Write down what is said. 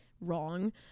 wrong